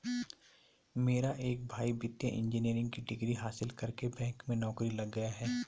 मेरा एक भाई वित्तीय इंजीनियरिंग की डिग्री हासिल करके बैंक में नौकरी लग गया है